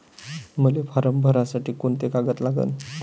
मले फारम भरासाठी कोंते कागद लागन?